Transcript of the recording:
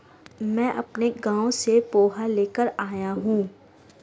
मैं अपने गांव से पोहा लेकर आया हूं